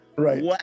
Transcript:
Right